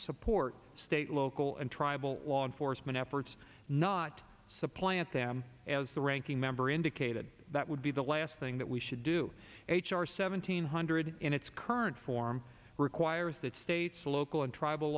support state local and tribal law enforcement efforts not supplant them as the ranking member indicated that would be the last thing that we should do h r seventeen hundred in its current form requires that states local and tribal